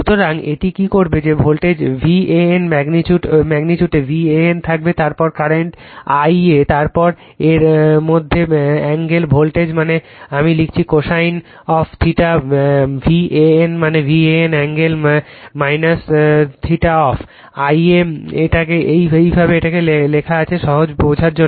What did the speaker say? সুতরাং এটা কি করবে যে ভোল্টেজ V AN ম্যাগনিটিউড এ V AN থাকবে তারপর কারেন্ট I a তারপর এর মধ্যের এ্যঙ্গেল ভোল্টেজ মানে আমি লিখছি cosine অফ θ VAN মানে VAN এর এ্যঙ্গেল θ অফ I a এইভাবে এটা লেখা আছে সহজে বোঝার জন্য